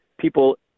people